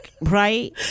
right